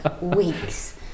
weeks